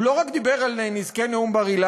הוא לא רק דיבר על נזקי נאום בר-אילן,